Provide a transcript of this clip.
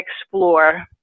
explore